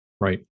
Right